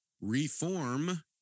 reform